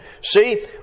See